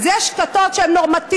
אז יש כיתות שהן נורמטיביות,